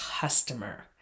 customer